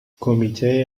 کمیته